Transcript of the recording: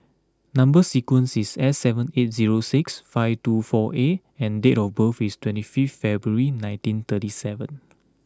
number sequence is S seven eight zero six five two four A and date of birth is twenty fifth February nineteen thirty seven